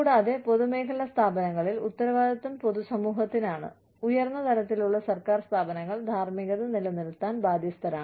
കൂടാതെ പൊതുമേഖലാ സ്ഥാപനങ്ങളിൽ ഉത്തരവാദിത്തം പൊതുസമൂഹത്തിനാണ് ഉയർന്ന തലത്തിലുള്ള സർക്കാർ സ്ഥാപനങ്ങൾ ധാർമികത നിലനിർത്താൻ ബാധ്യസ്ഥരാണ്